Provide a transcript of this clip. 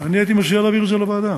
אני הייתי מציע להעביר את זה לוועדה.